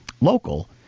local